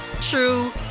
true